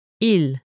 Il